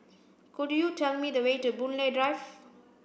could you tell me the way to Boon Lay Drive